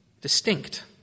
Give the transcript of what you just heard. distinct